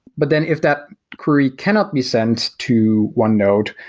but then if that query cannot be sent to one node,